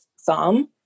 thumb